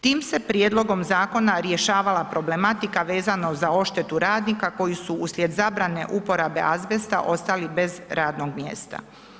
Tim se prijedlogom zakona rješavala problematika vezana za odštetu radnika koji su uslijed zabrane uporabe azbesta, ostali bez radnog mjesta.